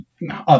no